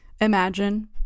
Imagine